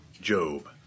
Job